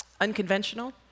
Unconventional